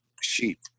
sheep